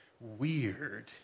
weird